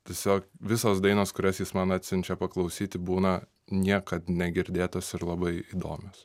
tiesiog visos dainos kurias jis man atsiunčia paklausyti būna niekad negirdėtos ir labai įdomios